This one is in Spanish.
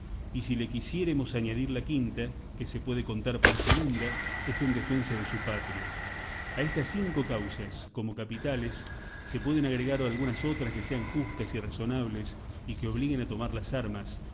y si le quisiéremos añadir la quinta que se puede contar por segunda es en defensa de su patria a estas cinco causas como capitales se pueden agregar algunas otras que sean justas y razonables y que obliguen a tomar las armas